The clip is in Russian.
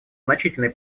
значительный